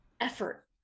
effort